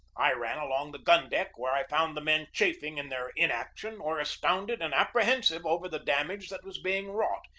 i ran along the gun-deck, where i found the men chafing in their inaction or astounded and apprehensive over the damage that was being wrought,